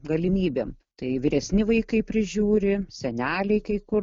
galimybėm tai vyresni vaikai prižiūri seneliai kai kur